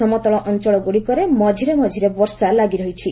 ସମତଳ ଅଞ୍ଚଳଗ୍ରଡ଼ିକରେ ମଝିରେ ମଝିରେ ବର୍ଷା ଲାଗିରହିଛି